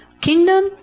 kingdom